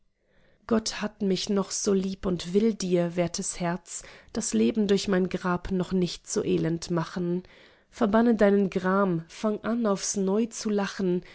gott hat mich noch so lieb und will dir wertes herz das leben durch mein grab noch nicht so elend machen verbanne deinen gram fang an aufs neu zu lachen